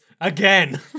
again